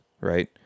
right